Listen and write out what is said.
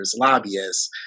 lobbyists